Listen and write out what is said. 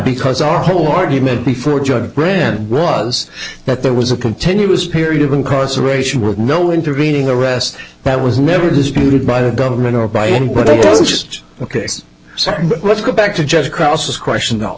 because our whole argument before judge read was that there was a continuous period of incarceration with no intervening arrest that was never disputed by the government or by anybody else just ok so let's go back to judge across this question though